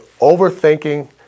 overthinking